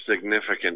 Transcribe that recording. significant